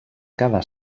cada